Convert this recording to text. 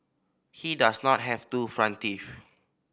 he does not have two front teeth